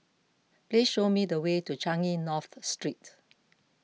please show me the way to Changi North Street